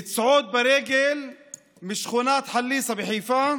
לצעוד ברגל משכונת חליסה בחיפה